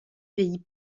pays